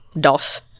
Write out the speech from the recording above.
DOS